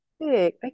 okay